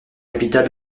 capitale